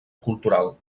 cultural